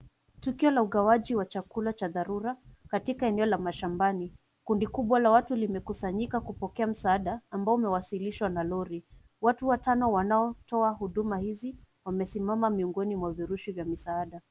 Tukio la ugawaji wa chakula cha dharura katika eneo la mashambani kundi kubwa la watu limekusanyika kupokea msaada ambao umewasilishwa na lori, watu watano wanaotoa huduma hizi wamesimama miongoni mwa vurushi vya misaada.